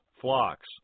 flocks